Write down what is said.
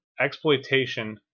exploitation